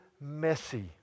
messy